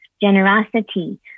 generosity